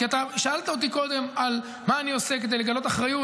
כי אתה שאלת אותי קודם מה אני עושה כדי לגלות אחריות